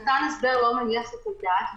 נתן הסבר לא מניח את הדעת,